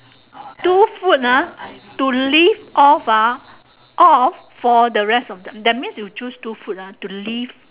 two food ah to live off ah of for the rest of the that means you choose two food ah to live